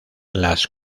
las